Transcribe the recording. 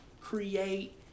Create